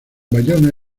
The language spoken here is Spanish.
bayona